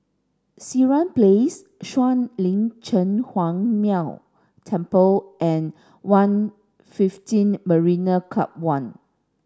Sireh Place Shuang Lin Cheng Huang Temple and One fifteen Marina Club One